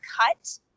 cut